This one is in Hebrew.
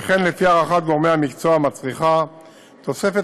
ולפי הערכת גורמי המקצוע מצריכה תוספת